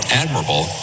admirable